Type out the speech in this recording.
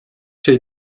şey